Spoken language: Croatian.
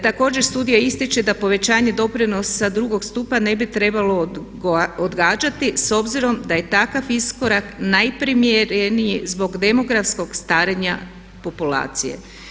Također studija ističe da povećanje doprinosa 2. stupa ne bi trebalo odgađati s obzirom da je takav iskorak najprimjereniji zbog demografskog starenja populacije.